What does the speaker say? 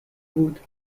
بود